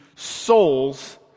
souls